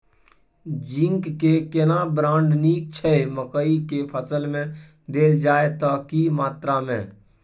Zinc के केना brand नीक छैय मकई के फसल में देल जाए त की मात्रा में?